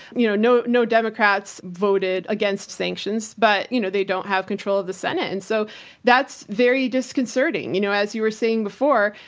you know no no democrats voted against sanctions, but you know they don't have control of the senate, and so that's very disconcerting. you know, as you were saying before,